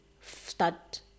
start